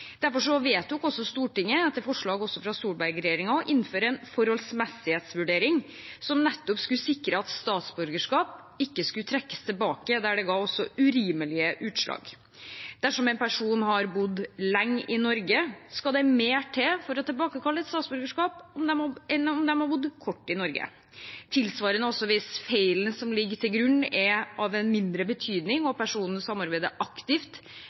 Derfor vedtok også Stortinget, etter forslag fra Solberg-regjeringen, å innføre en forholdsmessighetsvurdering som nettopp skulle sikre at statsborgerskap ikke skulle trekkes tilbake der det ga urimelige utslag. Dersom en person har bodd lenge i Norge, skal det mer til for å tilbakekalle et statsborgerskap enn om de har bodd kort tid i Norge. Tilsvarende er det også hvis feilen som ligger til grunn, er av mindre betydning, og personen samarbeider aktivt